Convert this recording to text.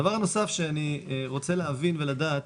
דבר נוסף שאני רוצה להבין ולדעת,